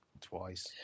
twice